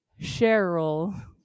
Cheryl